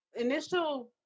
initial